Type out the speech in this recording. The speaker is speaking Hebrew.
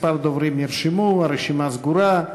כמה דוברים נרשמו, הרשימה סגורה.